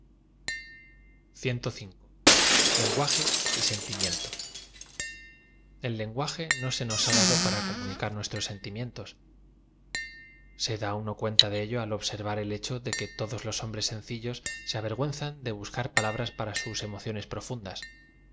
y stniimiento e l lenguaje no se nos ba dado para comunicar núes tros sentimientos se da uno cuenta de ello al obser v a r el hecho de que todos los hombres sencillos se avergüenzan de buscar palabras para sus emociones profundas